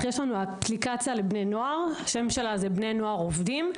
יש לנו אפליקציה לבני נוער בשם "בני נוער עובדים",